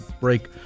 break